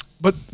But-